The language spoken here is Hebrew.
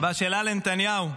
והשאלה לנתניהו: